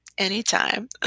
Anytime